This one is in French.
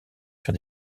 sur